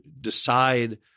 decide